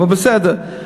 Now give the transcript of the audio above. אבל בסדר.